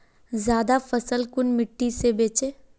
ज्यादा फसल कुन मिट्टी से बेचे?